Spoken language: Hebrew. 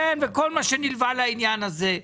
-- וכל מה שנלווה לעניין הזה.